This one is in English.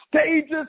stages